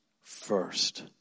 first